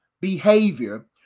behavior